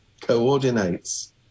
coordinates